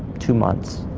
two months,